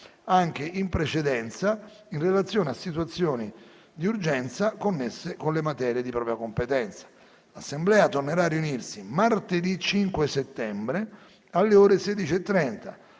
anche in precedenza, in relazione a situazioni di urgenza connesse con le materie di propria competenza. L'Assemblea tornerà a riunirsi martedì 5 settembre, alle ore 16,30,